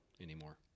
anymore